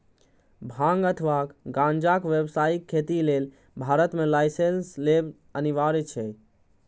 भांग अथवा गांजाक व्यावसायिक खेती लेल भारत मे लाइसेंस लेब अनिवार्य छै